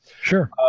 Sure